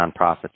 nonprofits